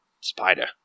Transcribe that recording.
spider